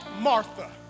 Martha